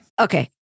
Okay